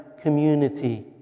community